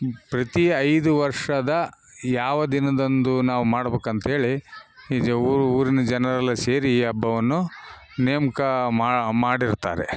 ಪ್ರತಿ ಐದು ವರ್ಷದ ಯಾವ ದಿನದಂದು ನಾವು ಮಾಡ್ಬೇಕಂತೇಳಿ ಊರು ಊರಿನ ಜನರೆಲ್ಲ ಸೇರಿ ಈ ಹಬ್ಬವನ್ನು ನೇಮಕ ಮಾಡಿರ್ತಾರೆ